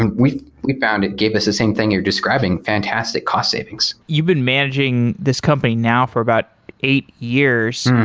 and we've we've found it gave us the same thing you're describing, fantastic cost savings. you've been managing this company now for about eight years.